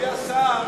אדוני השר,